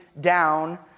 down